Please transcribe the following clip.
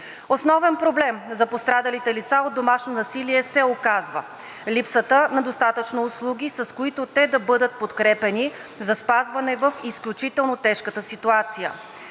Основен проблем за пострадалите лица от домашно насилие се оказва липсата на достатъчно услуги, с които те да бъдат подкрепяни, за спазване в изключително тежката ситуация.